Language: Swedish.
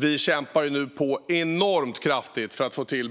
Vi kämpar nu enormt kraftigt för att få till